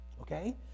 okay